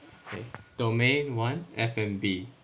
okay domain one F&B